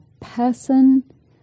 person